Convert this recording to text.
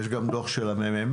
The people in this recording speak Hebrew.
יש גם דוח של הממ"מ,